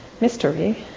Mystery